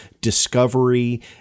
discovery